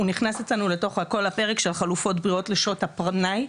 הוא נכנס אצלנו לתוך כל הפרק של החלופות הבריאות בשעות הפנאי,